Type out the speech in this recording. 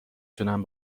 تونم